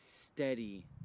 steady